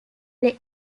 les